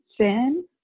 sin